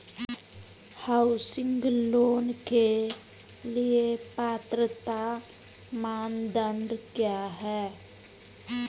Housing loan के लिए पात्रता मानदंड क्या हैं?